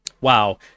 Wow